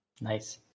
Nice